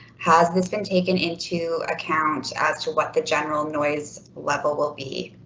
has this been taken into account as to what the general noise? level will be.